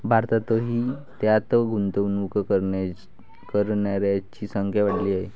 भारतातही त्यात गुंतवणूक करणाऱ्यांची संख्या वाढली आहे